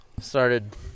Started